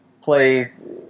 plays